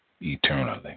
eternally